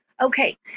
Okay